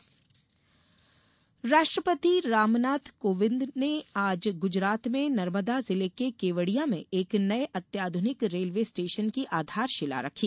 राष्ट्रपति गुजरात राष्ट्रपति रामनाथ कोविंद ने आज गुजरात में नर्मदा जिले के केवड़िया में एक नये अत्याधुनिक रेलवे स्टेशन की आधारशीला रखी